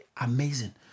amazing